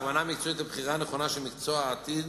הכוונה מקצועית לבחירה נכונה של מקצוע לעתיד,